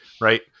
right